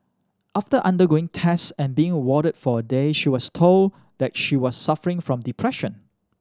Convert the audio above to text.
after undergoing test and being warded for a day she was told that she was suffering from depression